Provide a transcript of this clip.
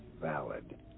Valid